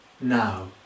now